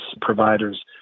providers